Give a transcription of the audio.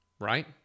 Right